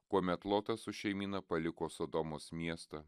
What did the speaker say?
kuomet lotas su šeimyna paliko sodomos miestą